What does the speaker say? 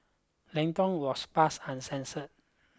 Lang Tong was passed uncensored